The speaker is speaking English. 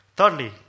Thirdly